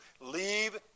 Leave